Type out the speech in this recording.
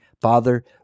Father